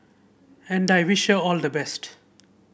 and I wish her all the best